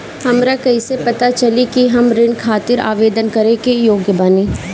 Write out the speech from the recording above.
हमरा कईसे पता चली कि हम ऋण खातिर आवेदन करे के योग्य बानी?